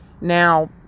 Now